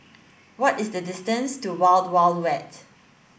what is the distance to Wild Wild Wet